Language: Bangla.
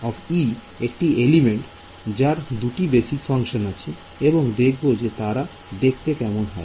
অতএব একটি এলিমেন্ট যার দুটি বেসিক ফাংশন আছে এবং দেখব যে তারা দেখতে কেমন হয়